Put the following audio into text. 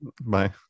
Bye